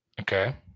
Okay